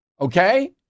Okay